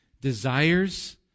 Desires